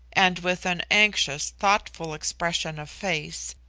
and with an anxious, thoughtful expression of face,